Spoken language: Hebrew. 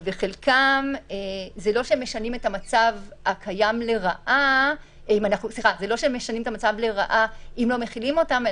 וחלקם זה לא שהם משנים את המצב לרעה אם לא מחילים אותם,